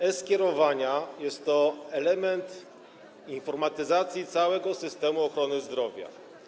E-skierowania jest to element informatyzacji całego systemu ochrony zdrowia.